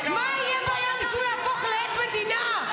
מה יהיה ביום שהוא יהפוך לעד מדינה?